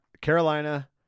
Carolina –